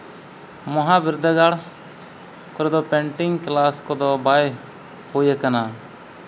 ᱢᱚᱦᱟ ᱵᱤᱨᱫᱟᱹᱜᱟᱲ ᱠᱚᱨᱮ ᱫᱚ ᱯᱮᱹᱱᱴᱤᱝ ᱠᱞᱟᱥ ᱠᱚᱫᱚ ᱵᱟᱭ ᱦᱩᱭ ᱠᱟᱱᱟ